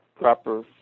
proper